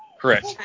Correct